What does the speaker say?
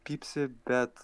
pypsi bet